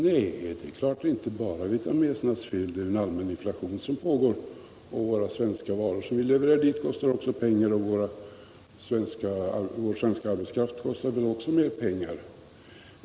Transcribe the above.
Nej, det är klart att det inte bara är viotnamesernas fel. Det är en allmän inflation som pågår, och våra svenska varor, som vi levererar dit. kostar också pengar. Och vår svenska arbetskraft kostar väl också mer pengar.